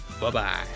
Bye-bye